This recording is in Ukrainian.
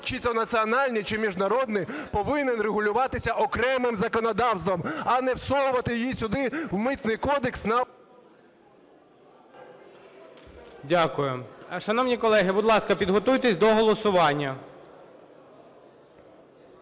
чи то національний, чи міжнародний, повинен регулюватися окремим законодавством, а не всовувати її сюди в Митний кодекс на… ГОЛОВУЮЧИЙ. Дякую. Шановні колеги, будь ласка, підготуйтесь до голосування.